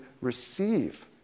receive